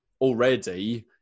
already